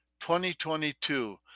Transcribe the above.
2022